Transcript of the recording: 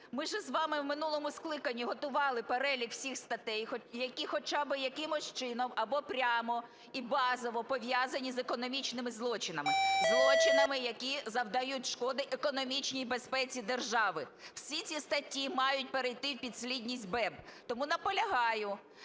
Ми ж з вами в минулому скликання готували перелік всіх статей, які хоча би якимось чином або прямо і базово пов'язані з економічними злочинами, злочинами, які завдають шкоди економічній безпеці держави. Всі ці статті мають перейти в підслідність БЕБ. Тому наполягаю